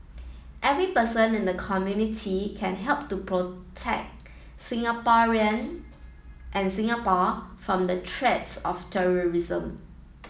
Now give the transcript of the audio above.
every person in the community can help to protect Singaporean and Singapore from the threats of terrorism